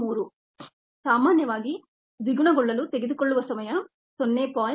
693 ಸಾಮಾನ್ಯವಾಗಿ ದ್ವಿಗುಣಗೊಳ್ಳಲು ತೆಗೆದುಕೊಳ್ಳುವ ಸಮಯ 0